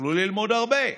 יכלו ללמוד הרבה,